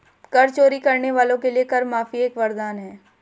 कर चोरी करने वालों के लिए कर माफी एक वरदान है